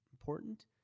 important